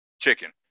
chicken